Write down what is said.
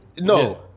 No